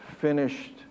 finished